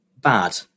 bad